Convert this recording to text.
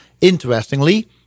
Interestingly